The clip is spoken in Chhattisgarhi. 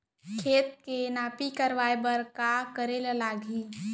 खेत के नापी करवाये बर का करे लागही?